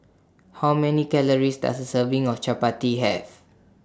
How Many Calories Does A Serving of Chappati Have